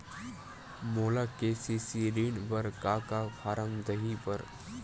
मोला के.सी.सी ऋण बर का का फारम दही बर?